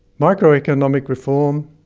microeconomic reform,